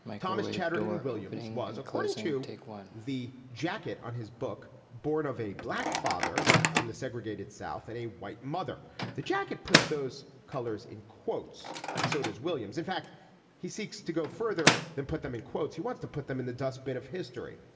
thomas chatterton williams was according to the jacket on his book born of a black father from the segregated south had a white mother the jacket puts those colors in quotes and so does williams in fact he seeks to go further than put them in quotes. he wants to put them in the dustbin of history.